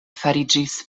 fariĝis